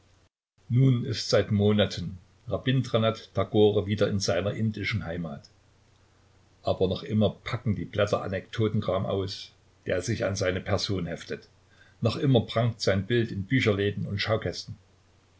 nun ist seit monaten rabindranath tagore wieder in seiner indischen heimat aber noch immer packen die blätter anekdotenkram aus der sich an seine person heftet noch immer prangt sein bild in bücherläden und